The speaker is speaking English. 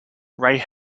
ray